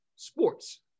Sports